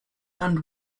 and